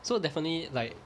so definitely like